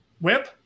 whip